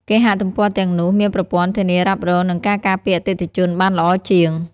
គេហទំព័រទាំងនោះមានប្រព័ន្ធធានារ៉ាប់រងនិងការការពារអតិថិជនបានល្អជាង។